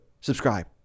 subscribe